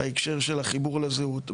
בהקשר של החיבור לזהות,